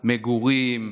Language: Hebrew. מגורים?